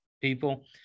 people